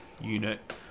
unit